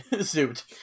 suit